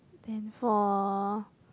then for